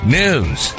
news